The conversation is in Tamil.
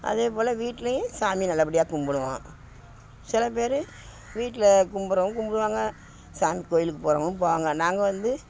அதேப்போல் வீட்டுலையும் சாமி நல்லபடியா கும்பிடுவோம் சில பேர் வீட்டில் கும்புடுறவங்க கும்பிடுவாங்க சாமி கோவிலுக்கு போகிறவங்க போவாங்க நாங்கள் வந்து